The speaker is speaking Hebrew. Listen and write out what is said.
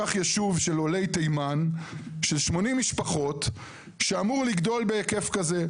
קח יישוב של עולי תימן של 80 משפחות שאמור לגדול בהיקף כזה.